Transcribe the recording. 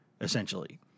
essentially